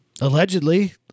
Allegedly